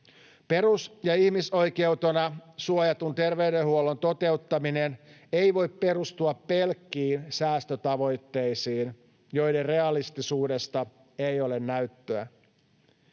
Perus- ja ihmisoikeutena suojatun terveydenhuollon toteuttaminen ei voi perustua pelkkiin säästötavoitteisiin, joiden realistisuudesta ei ole näyttöä.